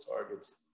targets